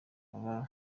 baba